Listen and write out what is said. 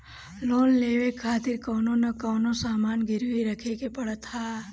loan लेवे खातिर कवनो न कवनो सामान गिरवी रखे के पड़त हवे